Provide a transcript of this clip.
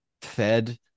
fed